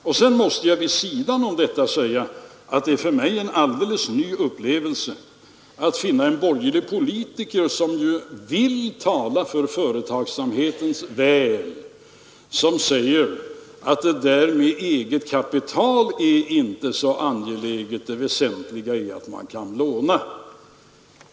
Vid sidan av detta måste jag säga att det är för mig en alldeles ny upplevelse att finna en borgerlig politiker som ju vill tala för företagsamhetens väl men som säger att det där med eget kapital är inte så angeläget — det väsentliga är att man kan låna.